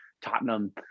Tottenham